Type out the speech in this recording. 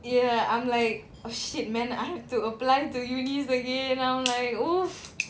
ya I'm like oh shit man I have to apply to universitiess again I'm like !oof!